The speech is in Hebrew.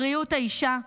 בריאות האישה,